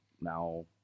now